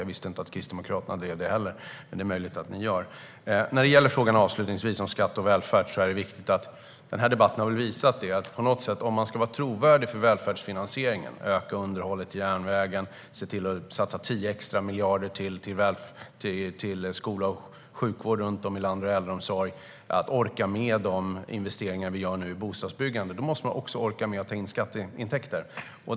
Jag visste inte att Kristdemokraterna har ett sådant förslag, men det är möjligt att ni har det. När det avslutningsvis gäller frågan om skatt och välfärd är det viktigt att om man ska vara trovärdig i fråga om välfärdsfinansieringen - öka underhållet av järnvägen, se till att satsa 10 extra miljarder till skola, sjukvård och äldreomsorg runt om i landet och att orka med de investeringar vi nu gör i bostadsbyggande - måste man också orka med att ta in skatteintäkter.